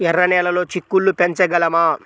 ఎర్ర నెలలో చిక్కుళ్ళు పెంచగలమా?